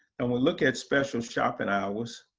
and we'll look at special shopping hours.